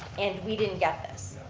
and we didn't get this.